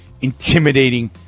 intimidating